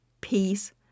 peace